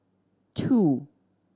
two